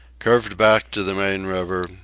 curved back to the main river,